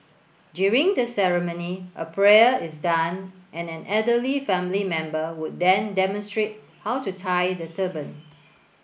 during the ceremony a prayer is done and an elderly family member would then demonstrate how to tie the turban